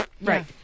Right